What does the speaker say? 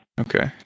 Okay